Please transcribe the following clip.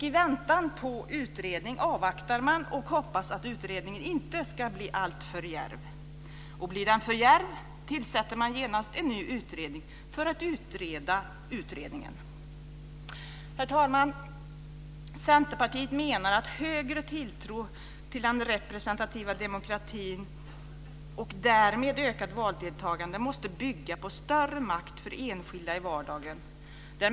I väntan på utredning avvaktar man, och hoppas att utredningen inte ska bli alltför djärv, och blir den för djärv så tillsätter man genast en ny utredning för att utreda utredningen. Herr talman! Centerpartiet menar att högre tilltro till den representativa demokratin och därmed ökat valdeltagande måste bygga på större makt för enskilda i vardagen.